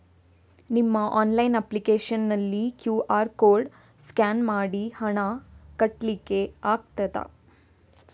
ನಿಮ್ಮ online application ನಲ್ಲಿ QR code scan ಮಾಡಿ ಹಣ ಕಟ್ಲಿಕೆ ಆಗ್ತದ?